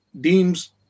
deems